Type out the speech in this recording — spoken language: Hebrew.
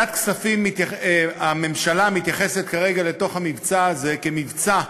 הממשלה מתייחסת כרגע למבצע הזה כמבצע,